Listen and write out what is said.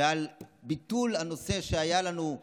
ועל ביטול הנושא שהיה לנו,